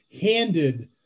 handed